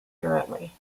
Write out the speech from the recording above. currently